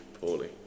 poorly